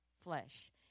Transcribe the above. flesh